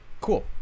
Cool